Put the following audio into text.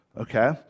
okay